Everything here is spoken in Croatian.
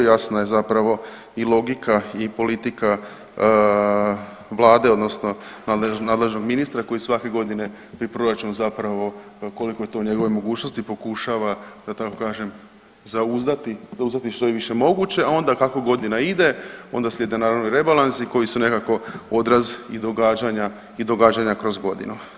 Jasna je zapravo i logika i politika Vlade, odnosno nadležnog ministra koji svake godine pri proračunu zapravo koliko je to u njegovoj mogućnosti pokušava da tako kažem zauzdati što je više moguće, a onda kako godina ide onda slijede naravno rebalansi koji su nekako odraz i događanja kroz godinu.